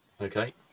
Okay